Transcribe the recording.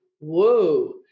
whoa